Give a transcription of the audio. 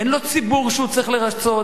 אין לו ציבור שהוא צריך לרצות.